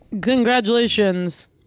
Congratulations